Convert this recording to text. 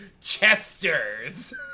Chesters